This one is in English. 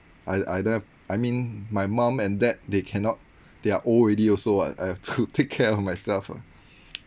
I I don't have I mean my mum and dad they cannot they are old already also [what] I have to take care of myself lah